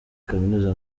kaminuza